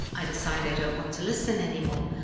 i decide i don't want to listen anymore,